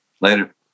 Later